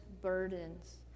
burdens